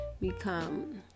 become